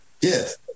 Yes